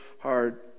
hard